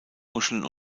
muscheln